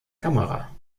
kamera